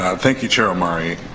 ah thank you, chair omari.